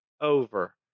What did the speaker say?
over